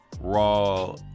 raw